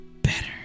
better